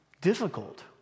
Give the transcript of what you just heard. difficult